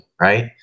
right